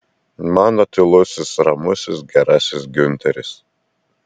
mano tylusis ramusis gerasis giunteris